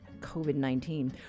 COVID-19